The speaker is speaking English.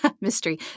mystery